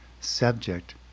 subject